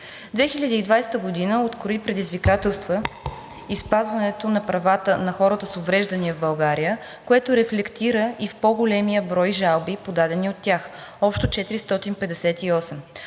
2020 г. открои предизвикателства и в спазването на правата на хората с увреждания в България, което рефлектира в по-големия брой жалби, подадени от тях – общо 458.